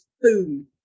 boom